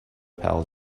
pal